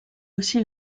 aussi